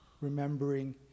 remembering